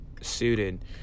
suited